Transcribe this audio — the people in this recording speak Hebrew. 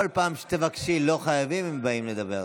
בכל פעם שתגידי "לא חייבים" הם יבואו לדבר.